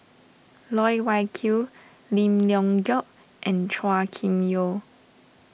Loh Wai Kiew Lim Leong Geok and Chua Kim Yeow